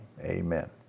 Amen